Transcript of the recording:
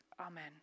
Amen